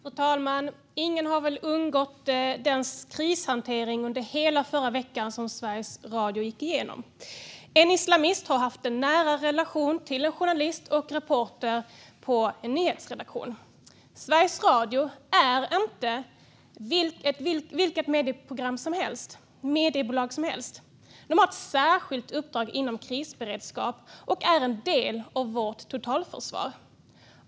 Fru talman! Ingen har väl undgått den krishantering som Sveriges Radio gick igenom under hela förra veckan. En islamist har haft en nära relation till en journalist och reporter på en nyhetsredaktion. Sveriges Radio är inte vilket mediebolag som helst. De har ett särskilt uppdrag inom krisberedskapen och är en del av vårt totalförsvar.